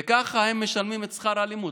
וככה הם משלמים את שכר הלימוד.